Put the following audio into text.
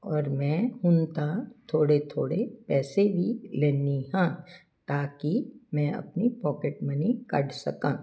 ਔਰ ਮੈਂ ਹੁਣ ਤਾਂ ਥੋੜ੍ਹੇ ਥੋੜ੍ਹੇ ਪੈਸੇ ਵੀ ਲੈਂਦੀ ਹਾਂ ਤਾਂ ਕਿ ਮੈਂ ਆਪਣੀ ਪੋਕਿਟ ਮਨੀ ਕੱਢ ਸਕਾਂ